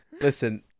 Listen